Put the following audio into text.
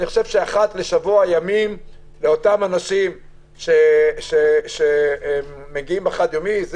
אחת לתשבוע ימים לאותם אנשים שמגיעים החד-יומי,